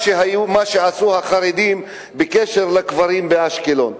מה שעשו החרדים בקשר לקברים באשקלון.